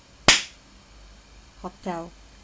hotel